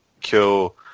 kill